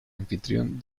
anfitrión